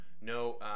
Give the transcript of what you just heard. no